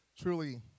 truly